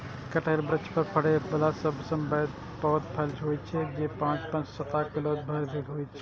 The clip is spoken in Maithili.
कटहल वृक्ष पर फड़ै बला सबसं पैघ फल होइ छै, जे पांच सं सात किलो धरि के होइ छै